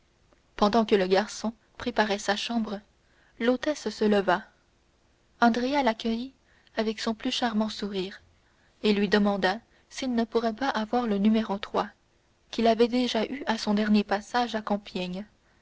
pendant que le garçon préparait sa chambre l'hôtesse se leva andrea l'accueillit avec son plus charmant sourire et lui demanda s'il ne pourrait pas avoir le qu'il avait déjà eu à son dernier passage à compiègne